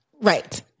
Right